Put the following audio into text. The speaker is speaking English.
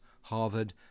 Harvard